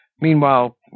Meanwhile